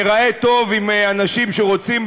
ניראה טוב עם אנשים שרוצים,